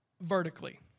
vertically